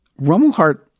Rommelhart